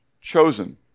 chosen